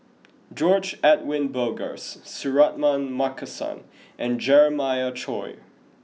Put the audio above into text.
George Edwin Bogaars Suratman Markasan and Jeremiah Choy